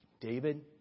David